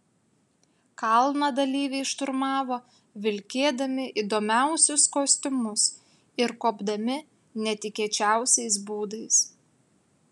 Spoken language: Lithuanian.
kalną dalyviai šturmavo vilkėdami įdomiausius kostiumus ir kopdami netikėčiausiais būdais